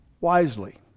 wisely